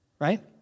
Right